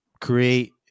create